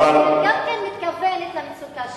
בהצעה לסדר-היום אני מתכוונת גם למצוקה שלו.